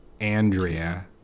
Andrea